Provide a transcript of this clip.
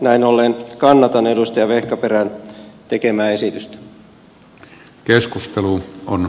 näin ollen kannatan edustaja vehkaperän tekemää esitystä